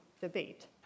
debate